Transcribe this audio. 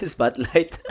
Spotlight